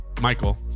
Michael